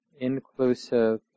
inclusive